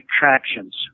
attractions